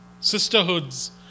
sisterhoods